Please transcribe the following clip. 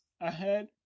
ahead